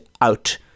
out